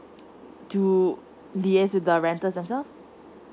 to liaise with the rental themself